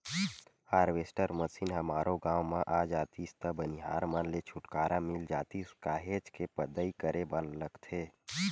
harvester machine हमरो गाँव म आ जातिस त बनिहार मन ले छुटकारा मिल जातिस काहेच के पदई करे बर लगथे